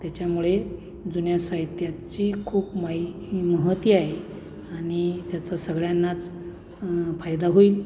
त्याच्यामुळे जुन्या साहित्याची खूप माहि महती आहे आणि त्याचा सगळ्यांनाच फायदा होईल